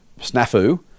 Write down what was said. snafu